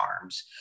arms